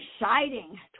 exciting